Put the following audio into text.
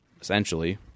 essentially